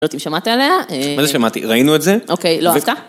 לא יודעת אם שמעת עליה. מה זה שמעתי? שמעת, ראינו את זה. אוקיי, לא אהבת?